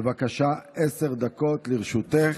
בבקשה, עשר דקות לרשותך.